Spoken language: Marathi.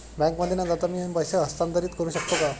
बँकेमध्ये न जाता मी पैसे हस्तांतरित करू शकतो का?